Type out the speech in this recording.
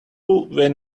when